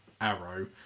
Arrow